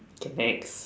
okay next